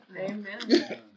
Amen